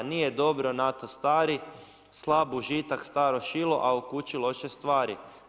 Nije dobro na to stari, slab užitak, staro šilo, a u kući loše stvari.